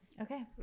okay